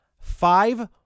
five